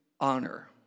honor